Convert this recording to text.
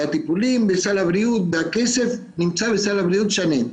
הטיפולים בסל הבריאות והכסף נמצא בסל הבריאות שנים.